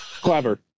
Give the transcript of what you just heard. Clever